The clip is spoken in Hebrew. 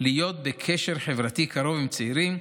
להיות בקשר חברתי קרוב עם צעירים,